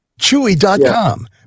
Chewy.com